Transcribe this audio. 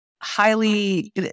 highly